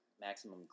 Maximum